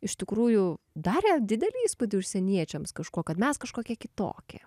iš tikrųjų darė didelį įspūdį užsieniečiams kažkuo kad mes kažkokie kitokie